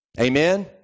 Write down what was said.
Amen